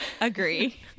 Agree